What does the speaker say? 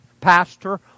Pastor